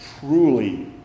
truly